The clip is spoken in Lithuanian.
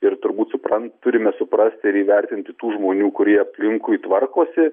ir turbūt supran turime suprasti ir įvertinti tų žmonių kurie aplinkui tvarkosi